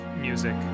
music